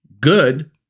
good